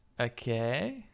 Okay